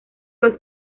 los